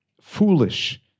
foolish